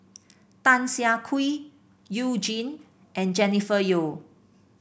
Tan Siah Kwee You Jin and Jennifer Yeo